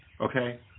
okay